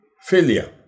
Failure